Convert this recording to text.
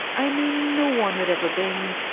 i knew no one had ever been.